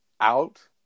out